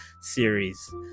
series